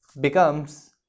becomes